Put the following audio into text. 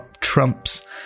trumps